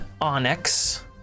onyx